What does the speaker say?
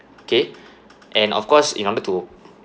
kay and of course in order to